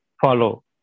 follow